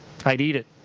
i'd eat it.